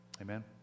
Amen